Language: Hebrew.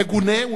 מגונה,